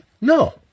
No